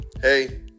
hey